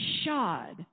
shod